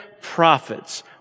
prophets